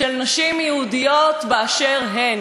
של נשים יהודיות באשר הן.